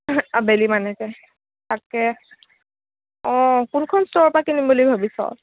আবেলিমানকৈ তাকে অ কোনখন ষ্টোৰৰ পৰা কিনিম বুলি ভাবিছ